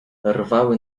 rwały